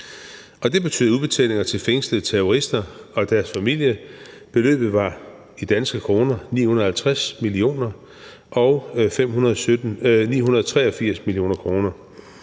det betyder udbetalinger til fængslede terrorister og deres familier. Beløbet var i danske kroner 950 mio. kr. og 983 mio. kr.